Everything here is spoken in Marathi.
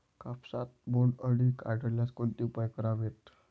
कापसात बोंडअळी आढळल्यास कोणते उपाय करावेत?